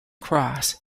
cross